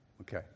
Okay